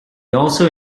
also